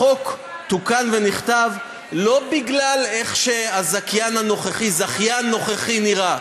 החוק תוקן ונכתב לא בגלל איך הזכיין הנוכחי נראה,